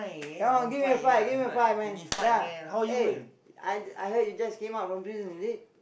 come on give me a five give me a five man ya eh I I heard you just came out from prison is it